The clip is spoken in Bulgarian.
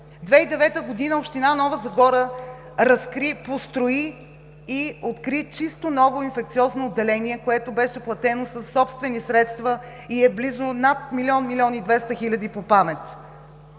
2009 г. община Нова Загора разкри, построи и откри чисто ново Инфекциозно отделение, което беше платено със собствени средства и е близо над милион, милион и 200 хиляди по памет.